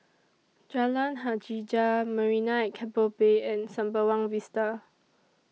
Jalan Hajijah Marina At Keppel Bay and Sembawang Vista